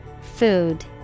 Food